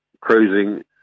cruising